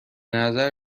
نظر